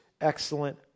excellent